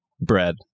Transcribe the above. bread